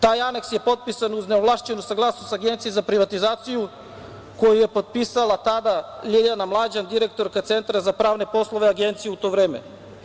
Taj aneks je potpisan uz neovlašćenu saglasnost Agencije za privatizaciju koji je potpisala tada Ljiljana Mlađan, direktorka Centra za pravne poslove Agencije u to vreme.